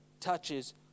touches